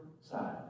side